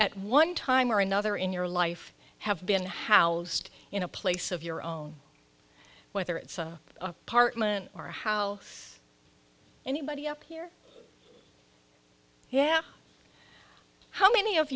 at one time or another in your life have been housed in a place of your own whether it's an apartment or how anybody up here yeah how many of